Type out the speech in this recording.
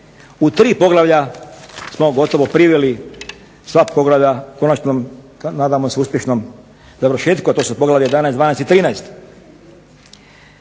u 3 poglavlja smo gotovo priveli sva poglavlja konačnom, nadamo se uspješnom, završetku. A to su poglavlja 11., 12. i 13.